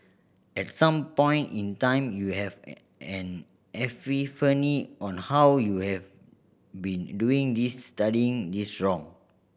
at some point in time you have an an epiphany on how you have been doing this studying this wrong